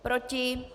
Proti?